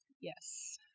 Yes